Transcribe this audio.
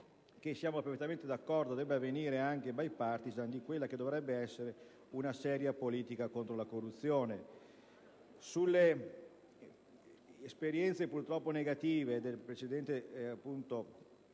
siamo perfettamente d'accordo debba avvenire in maniera *bypartisan* - di quella che dovrebbe essere una seria politica contro la corruzione.